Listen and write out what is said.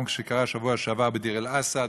גם כשקרה בשבוע שעבר להורים מדיר-אל-אסד,